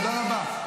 תודה רבה.